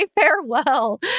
farewell